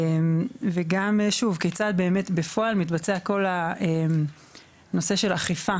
וגם כיצד מתבצע בפועל כל הנושא של אכיפה